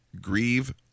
grieve